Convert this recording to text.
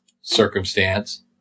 circumstance